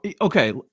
Okay